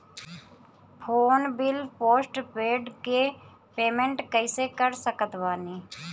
Phone bill postpaid के payment कैसे कर सकत बानी?